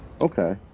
okay